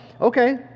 okay